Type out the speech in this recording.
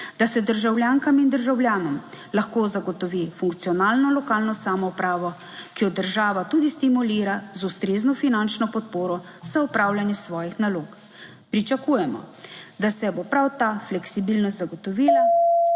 (nadaljevanje) državljanom. Lahko zagotovi funkcionalno lokalno samoupravo, ki jo država tudi stimulira z ustrezno finančno podporo za opravljanje svojih nalog. Pričakujemo, da se bo prav ta fleksibilnost zagotovila.